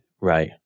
Right